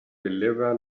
deliver